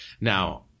Now